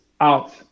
out